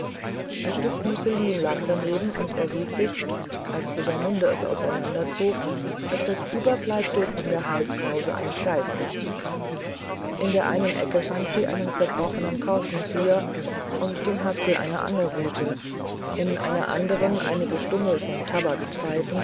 ein stück musselin lag daneben und erwies sich als rosamunde es auseinanderzog alsdasüberbleibselvonderhalskrauseeinesgeistlichen indereinen ecke fand sie einen zerbrochenen korkenzieher und den haspel einer angelrute in einer andern einige stummel von